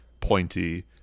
pointy